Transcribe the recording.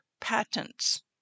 patents